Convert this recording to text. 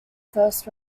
first